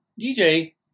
DJ